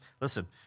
listen